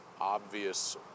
obvious